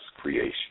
creation